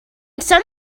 some